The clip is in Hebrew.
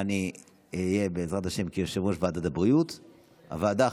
מי יושב-ראש הוועדה?